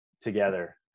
together